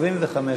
25 דקות.